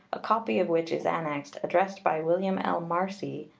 a copy of which is annexed, addressed by william l. marcy,